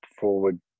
forward